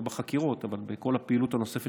לא בחקירות אבל בכל הפעילות הנוספת